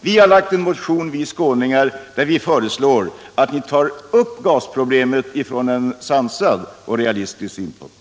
Vi skåningar har väckt en motion där vi föreslår att man tar upp gasproblemet från en sansad och realistisk synpunkt.